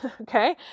Okay